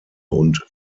und